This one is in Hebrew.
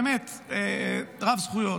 באמת רב-זכויות.